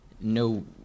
no –